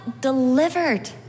delivered